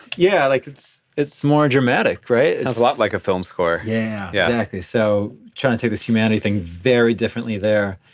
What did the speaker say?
yeah, like it's, it's more dramatic, right? sounds a lot like a film score yeah, exactly. so trying to take this humanity things very differently there.